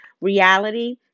reality